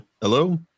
Hello